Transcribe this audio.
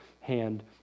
hand